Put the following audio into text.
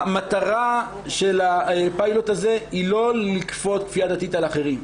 המטרה של הפיילוט הזה היא לא לכפות כפייה דתית על אחרים.